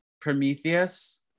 Prometheus